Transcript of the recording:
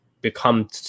become